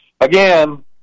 again